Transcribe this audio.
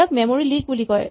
ইয়াক memory leak বুলি কয়